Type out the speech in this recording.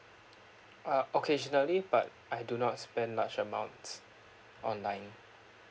uh occasionally but I do not spend large amounts online